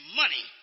money